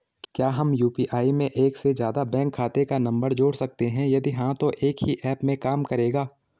क्या हम यु.पी.आई में एक से ज़्यादा बैंक खाते का नम्बर जोड़ सकते हैं यदि हाँ तो एक ही ऐप में काम करेगा?